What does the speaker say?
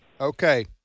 Okay